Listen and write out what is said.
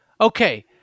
Okay